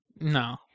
No